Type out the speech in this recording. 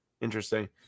Interesting